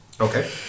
Okay